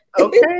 Okay